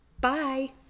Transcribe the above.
Bye